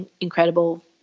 incredible